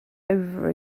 over